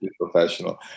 professional